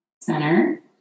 center